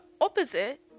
opposite